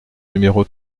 numéro